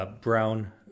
Brown